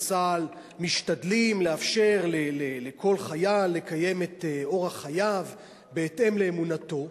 בצה"ל משתדלים לאפשר לכל חייל לקיים את אורח חייו בהתאם לאמונתו.